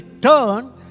turn